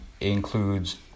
includes